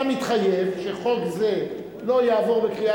אתה מתחייב שחוק זה לא יעבור בקריאה